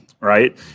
right